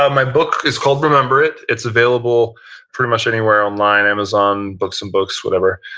um my book is called remember it. it's available pretty much anywhere online, amazon, books and books, whatever.